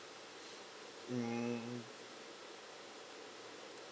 um